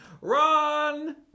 run